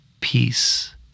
peace